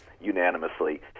unanimously